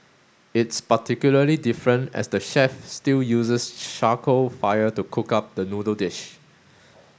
it's particularly different as the chef still uses charcoal fire to cook up the noodle dish